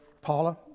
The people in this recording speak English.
Paula